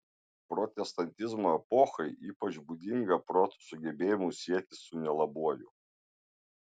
protestantizmo epochai ypač būdinga proto sugebėjimus sieti su nelabuoju